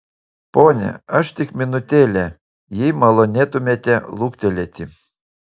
pone aš tik minutėlę jei malonėtumėte luktelėti